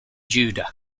judah